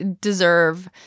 deserve